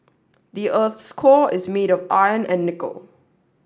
the earth's core is made of iron and nickel